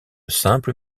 simple